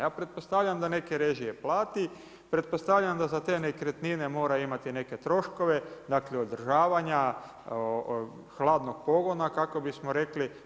Ja pretpostavljam da neke režije plati, pretpostavljam da za te nekretnine mora imati neke troškove, dakle održavanja hladnog pogona kako bismo rekli.